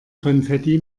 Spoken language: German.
konfetti